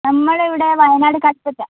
നമ്മളിവിടെ വയനാട് കൽപ്പറ്റ